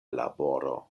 laboro